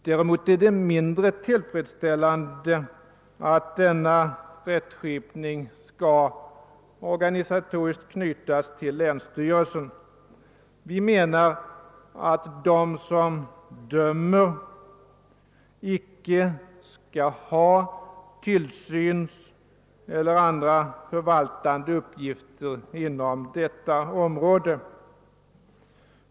Däremot är det mindre tillfredsställande att denna rättskipning organisatoriskt skall knytas till länsstyrelserna. Vi menar att de som dömer icke skall ha tillsynseller andra förvaltande uppgifter på detta område.